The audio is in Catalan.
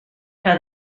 que